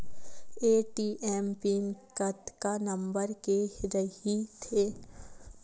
ATM pin कतका number के रही थे?